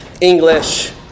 English